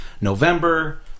November